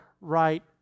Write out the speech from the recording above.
right